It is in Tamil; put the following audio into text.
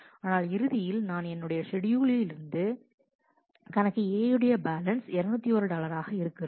ஆனால் இறுதியில் நான் என்னுடைய ஷெட்யூலிருந்து கணக்கு A உடைய பேலன்ஸ் 201 டாலராக இருக்கிறது